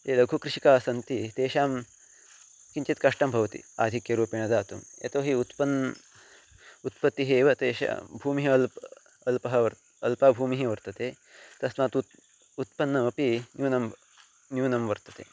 ये लघुकृषिकाः सन्ति तेषां किञ्चित् कष्टं भवति आधिक्येन रूपेण दातुं यतो हि उत्पन्नम् उत्पत्तिः एव तेषां भूम्याम् अल्पा अल्पा अल्पा भूमिः वर्तते तस्मात् उत उत्पन्नमपि न्यूनं न्यूनं वर्तते